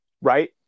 Right